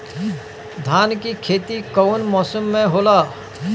धान के खेती कवन मौसम में होला?